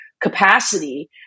capacity